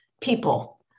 people